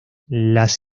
las